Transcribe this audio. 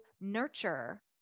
nurture